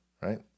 right